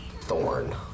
Thorn